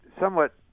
somewhat